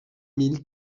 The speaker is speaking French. mille